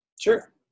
Sure